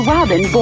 Robin